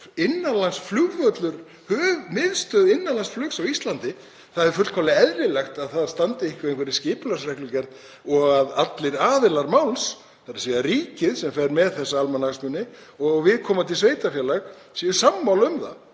innanlandsflugvöllur, miðstöð innanlandsflugs á Íslandi. Það er fullkomlega eðlilegt að það standi eitthvað í skipulagsreglugerð og að allir aðilar máls, þ.e. ríkið sem fer með þessa almannahagsmuni og viðkomandi sveitarfélag, séu sammála um það